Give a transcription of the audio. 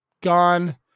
gone